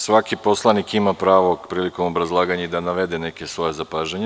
Svaki poslanik ima pravo prilikom obrazlaganja i da navede neka svoja zapažanja.